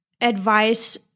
advice